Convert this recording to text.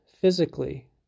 physically